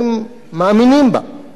או לפחות מתרגלים אליה.